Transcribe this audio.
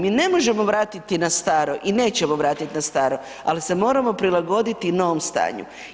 Mi ne možemo vratiti na staro i nećemo vratiti na staro, ali se moramo prilagoditi novom stanju.